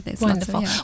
wonderful